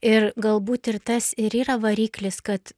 ir galbūt ir tas ir yra variklis kad